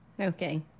Okay